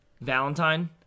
Valentine